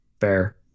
fair